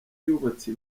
yubatse